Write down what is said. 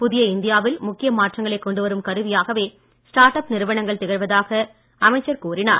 புதிய இந்தியாவில் முக்கிய மாற்றங்களை கொண்டு வரும் கருவியாகவே ஸ்டார்ட்அப் நிறுவனங்கள் திகழ்வதாக அமைச்சர் கூறினார்